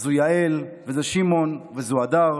זו יעל, זה שמעון, זו הדר,